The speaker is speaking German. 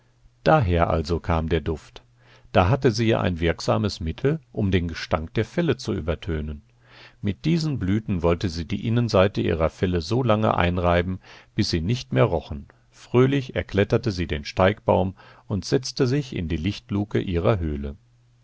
daher also kam der duft da hatte sie ja ein wirksames mittel um den gestank der felle zu übertönen mit diesen blüten wollte sie die innenseite ihrer felle so lange einreiben bis sie nicht mehr rochen fröhlich erkletterte sie den steigbaum und setzte sich in die lichtluke ihrer höhle